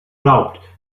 doubt